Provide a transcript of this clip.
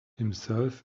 himself